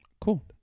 Cool